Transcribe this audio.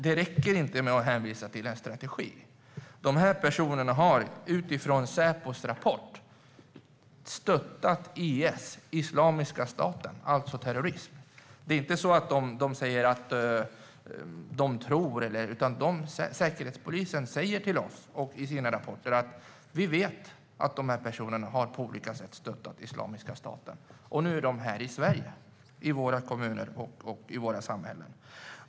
Det räcker inte att hänvisa till en strategi. Dessa personer har utifrån Säpos rapport stöttat IS, Islamiska staten, alltså terrorism. Säkerhetspolisen säger till oss och i sina rapporter att de vet - de tror inte - att dessa personer på olika sätt har stöttat Islamiska staten, och nu är de här i Sverige i våra kommuner och i våra samhällen.